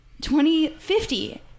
2050